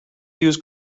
used